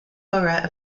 borough